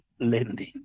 lending